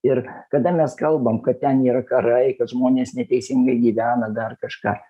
ir kada mes kalbam kad ten yra karai kad žmonės neteisingai gyvena dar kažką